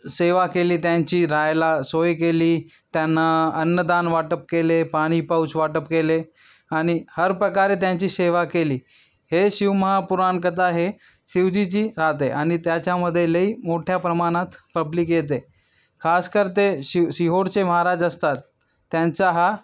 सेवा केली त्यांची राहायला सोय केली त्यांना अन्नदान वाटप केले पाणी पाऊच वाटप केले आणि हर प्रकारे त्यांची सेवा केली हे शिवमहापुराण कथा हे शिवजीची राहते आणि त्याच्यामध्ये लई मोठ्या प्रमाणात पब्लिक येते खासकर ते शिव सिहोरचे महाराज असतात त्यांचा हा